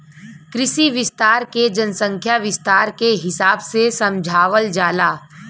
कृषि विस्तार के जनसंख्या विस्तार के हिसाब से समझावल जाला